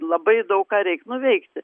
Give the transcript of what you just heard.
labai daug ką reik nuveikti